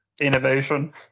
innovation